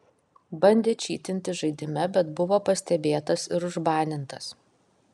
bandė čytinti žaidime bet buvo pastebėtas ir užbanintas